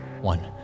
one